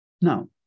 Now